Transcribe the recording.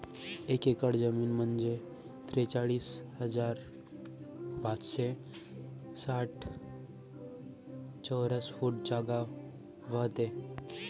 एक एकर जमीन म्हंजे त्रेचाळीस हजार पाचशे साठ चौरस फूट जागा व्हते